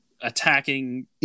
attacking